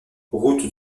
route